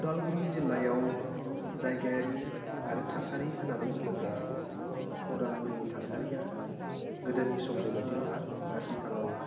अदालगुरि जिल्लायाव जायगायारि आरो थासारि होन्नानै बुङोब्ला अदालगुरिनि थासारिया गोदोनि समनि बायदि नङा आथिखालाव